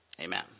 Amen